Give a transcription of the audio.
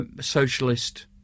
socialist